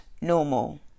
normal